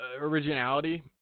originality